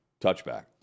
touchback